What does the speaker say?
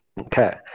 Okay